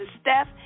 steph